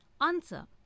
Answer